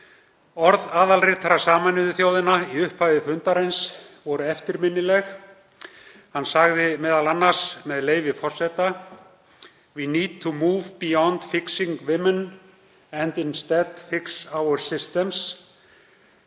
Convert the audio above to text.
Orð aðalritara Sameinuðu þjóðanna í upphafi fundarins voru eftirminnileg. Hann sagði m.a., með leyfi forseta: „We need to move beyond fixing women and instead fix our systems.“